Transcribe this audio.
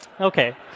Okay